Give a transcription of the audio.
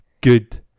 good